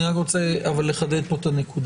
אני רק רוצה לחדד פה את הנקודה.